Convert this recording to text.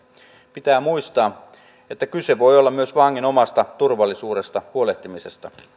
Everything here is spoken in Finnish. pitää muistaa että kyse voi olla myös vangin omasta turvallisuudesta huolehtimisesta